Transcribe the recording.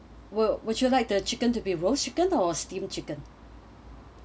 would would you like the chicken to be roast chicken or steam chicken